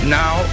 now